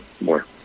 more